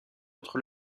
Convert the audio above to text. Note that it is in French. entre